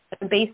based